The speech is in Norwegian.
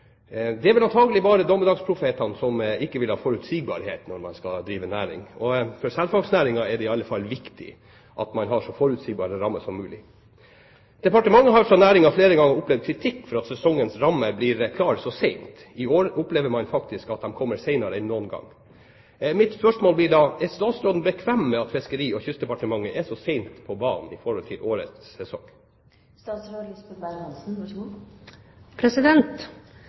Derfor vil jeg gjerne gjenta det i dag. Det er vel antakelig bare dommedagsprofetene som ikke vil ha forutsigbarhet når man skal drive næring, og for selfangstnæringen er det i alle fall viktig at man har så forutsigbare rammer som mulig. Departementet har fra næringen flere ganger opplevd kritikk for at sesongens rammer blir klare så sent. I år opplever man faktisk at de kommer senere enn noen gang. Mitt spørsmål blir da: Er statsråden bekvem med at Fiskeri- og kystdepartementet er så sent på banen i forhold til årets